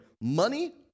money